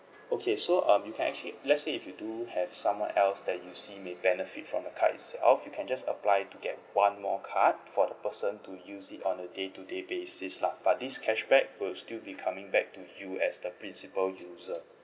okay so um you can actually let's say if you do have someone else that you see may benefit from the card itself you can just apply to get one more card for the person to use it on a day to day basis lah but this cashback will still be coming back to you as the principal user